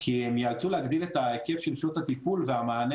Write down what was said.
כי הם ייאלצו להגדיל את ההיקף של שעות הטיפול והמענה